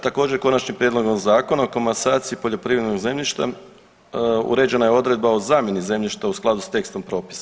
Također Konačnim prijedlogom Zakona o komasaciji poljoprivrednog zemljišta uređena je odredba o zamjeni zemljišta u skladu s tekstom propisa.